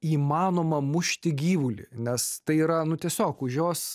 įmanoma mušti gyvulį nes tai yra nu tiesiog už jos